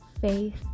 faith